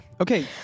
Okay